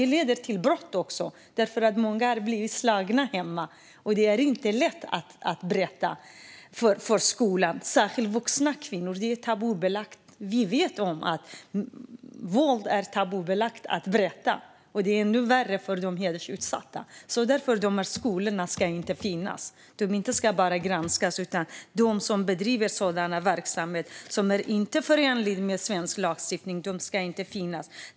Det leder nämligen också till hedersbrott. Många blir slagna hemma. Det är inte lätt, särskilt för vuxna kvinnor, att berätta för skolan. Det är tabubelagt. Vi vet att det är tabubelagt att berätta om våld. Och det är ännu värre för de hedersutsatta. Därför ska de skolorna inte finnas. De ska inte bara granskas, utan de verksamheter som inte bedrivs på ett sätt som är förenligt med svensk lagstiftning ska inte finnas.